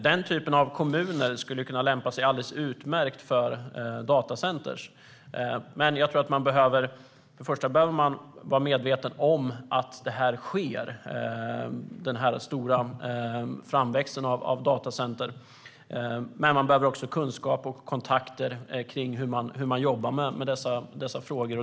Den typen av kommuner skulle kunna lämpa sig alldeles utmärkt för datacenter, men jag tror att man först och främst behöver vara medveten om att den stora framväxten av datacenter sker. Man behöver också kunskap och kontakter kring hur man jobbar med dessa frågor.